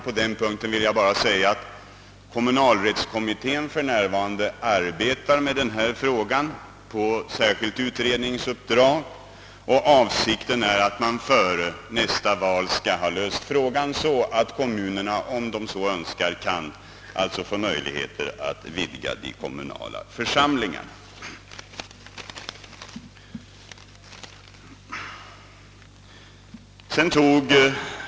På den punkten vill jag bara säga att kommunalrättskommittén för närvarande arbetar med frågan på särskilt utredningsuppdrag och att avsikten är att man före nästa val skall ha löst spörsmålet, så att kommunerna skall kunna utvidga sina fullmäktigeförsamlingar om de så önskar.